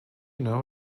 know